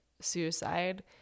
suicide